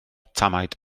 tamaid